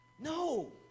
No